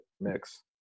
mix